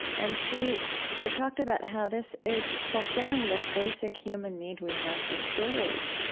and she ah talked about how this is fulfilling this basic human need we have for stories.